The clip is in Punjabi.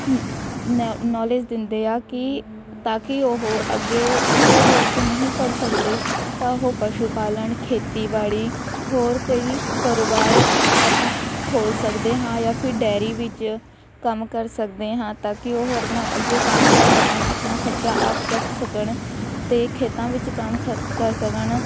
ਨੌ ਨੌਲੇਜ ਦਿੰਦੇ ਹਾਂ ਕਿ ਤਾਂ ਕਿ ਉਹ ਅੱਗੇ ਜੇ ਉਹ ਅੱਗੇ ਨਹੀਂ ਪੜ੍ਹ ਸਕਦੇ ਤਾਂ ਉਹ ਪਸ਼ੂ ਪਾਲਣ ਖੇਤੀਬਾੜੀ ਹੋਰ ਕਈ ਕਾਰੋਬਾਰ ਆਪਣੇ ਖੋਲ੍ਹ ਸਕਦੇ ਹਾਂ ਜਾਂ ਫਿਰ ਡਾਇਰੀ ਵਿੱਚ ਕੰਮ ਕਰ ਸਕਦੇ ਹਾਂ ਤਾਂ ਕਿ ਉਹ ਆਪਣਾ ਅੱਗੇ ਕੰਮ ਕਰ ਸਕਣ ਆਪਣਾ ਖਰਚਾ ਆਪ ਚੱਕ ਸਕਣ ਅਤੇ ਖੇਤਾਂ ਵਿੱਚ ਕੰਮ ਖਰ ਕਰ ਸਕਣ